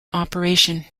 operation